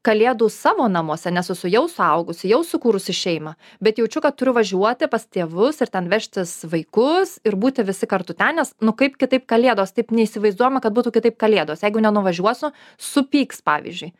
kalėdų savo namuose nes esu jau suaugusi jau sukūrusi šeimą bet jaučiu kad turiu važiuoti pas tėvus ir ten vežtis vaikus ir būti visi kartu ten nes nu kaip kitaip kalėdos taip neįsivaizduojama kad būtų kitaip kalėdos jeigu nenuvažiuosiu supyks pavyzdžiui